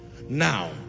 Now